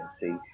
see